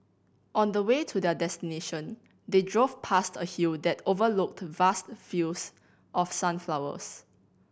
on the way to their destination they drove past a hill that overlooked vast fields of sunflowers